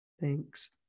Thanks